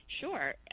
Sure